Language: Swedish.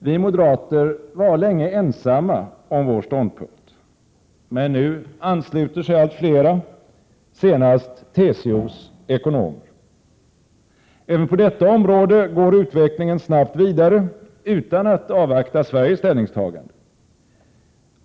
Vi moderater var länge ensamma om vår ståndpunkt. Men nu ansluter sig allt flera, senast TCO:s ekonomer. Även på detta område går utvecklingen snabbt vidare utan att Sveriges ställningstagande avvaktas.